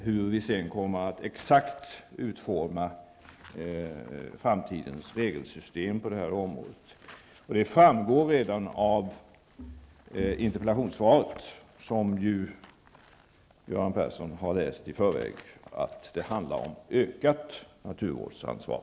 Vad sedan beträffar frågan hur vi exakt kommer att utforma framtidens regelsystem på det här området framgår det redan av interpellationssvaret, som ju Göran Persson har läst i förväg, att det handlar om ett ökat naturvårdsansvar.